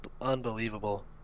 unbelievable